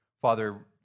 Father